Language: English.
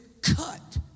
cut